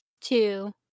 two